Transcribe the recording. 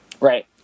Right